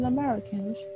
Americans